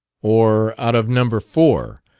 or out of number four.